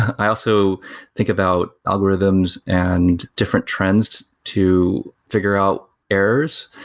i also think about algorithms and different trends to figure out errors.